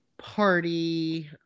party